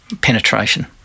penetration